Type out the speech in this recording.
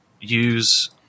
use